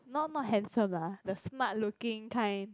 not not handsome lah the smart looking kind